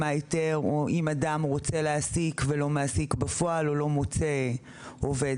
היתר או האם אדם רוצה להעסיק ולא מעסיק בפועל או לא מוצא עובדת,